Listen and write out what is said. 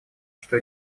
что